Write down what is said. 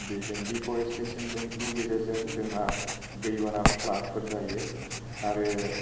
बेजों दिफरेस्टेसनजोंनि गेजेरजों जोंहा दै बाना फ्लादफोर जायो आरो